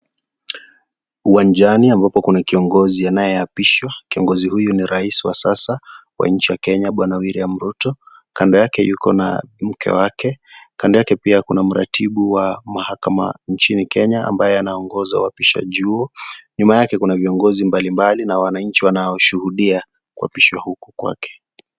Uwanjani ambapo kuna kiongozi anayeapishwa, kiongozi huyo ni rais wa sasa wa nchi ya Kenya, Bwana William Ruto. Kando yake yuko na mke wake. Kando yake pia kuna Mratibu wa Mahakama nchini Kenya ambaye anaongoza uapishaji huo. Nyuma yake kuna viongozi mbalimbali na wananchi wanaoshuhudia kuapishwa huko kwake.